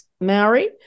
Maori